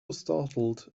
startled